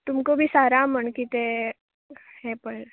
तुमकां विचारा तें यें पय